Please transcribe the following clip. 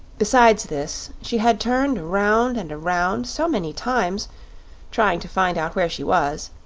besides this, she had turned around and around so many times trying to find out where she was,